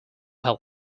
had